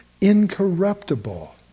incorruptible